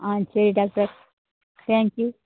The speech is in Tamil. ஆ சரி டாக்டர் தேங்க்யூ